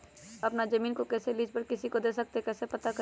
अपना जमीन को कैसे लीज पर किसी को दे सकते है कैसे पता करें?